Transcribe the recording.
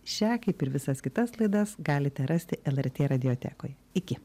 šią kaip ir visas kitas laidas galite rasti lrt radiotekoj iki